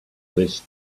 list